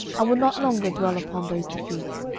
i will not longer dwell upon those defeats,